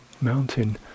mountain